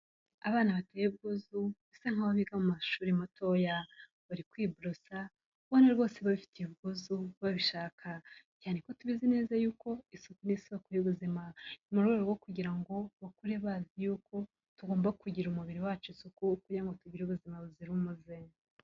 Abana bateye ubwuzu basa nk'aho biga mu mashuri matoya. Bari kwiborosa ubona rwose babifitiye ubwuzu babishaka cyane ko tubizi neza yuko isuku ni isoko y'ubuzima. Ni mu rwego rwo kugira ngo bakure bazi yuko tugomba kugirira umubiri wacu isuku kugora ngo tugire ubuzima buzira umuze.